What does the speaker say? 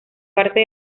parte